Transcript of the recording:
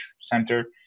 center